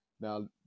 Now